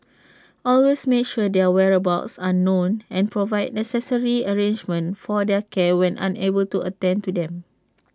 always make sure their whereabouts are known and provide necessary arrangements for their care when unable to attend to them